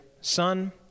Son